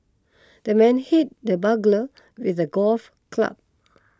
the man hit the burglar with a golf club